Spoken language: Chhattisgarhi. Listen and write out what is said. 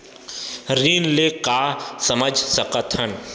ऋण ले का समझ सकत हन?